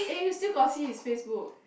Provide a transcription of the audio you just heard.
eh you still got see his Facebook